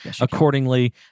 accordingly